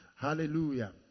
hallelujah